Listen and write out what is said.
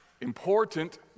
important